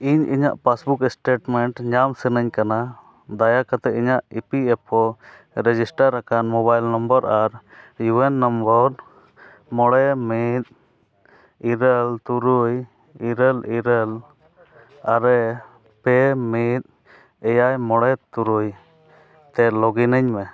ᱤᱧ ᱤᱧᱟᱹᱜ passbook statement ᱧᱟᱢ ᱥᱟᱱᱟᱧ ᱠᱟᱱᱟ ᱫᱟᱭᱟ ᱠᱟᱛᱮᱫ ᱤᱧᱟᱹᱜ E P F O register ᱟᱠᱟᱱ ᱢᱳᱵᱟᱭᱤᱞ ᱱᱚᱢᱵᱚᱨ ᱤᱭᱩ ᱮᱹᱱ ᱱᱚᱢᱵᱚᱨ ᱢᱚᱬᱮ ᱢᱤᱫ ᱤᱨᱟᱹᱞ ᱛᱩᱨᱩᱭ ᱤᱨᱟᱹᱞ ᱤᱨᱟᱹᱞ ᱟᱨᱮ ᱯᱮ ᱢᱤᱫ ᱮᱭᱟᱭ ᱢᱚᱬᱮ ᱛᱩᱨᱩᱭ ᱛᱮ ᱞᱚᱜᱤᱱ ᱟᱹᱧ ᱢᱮ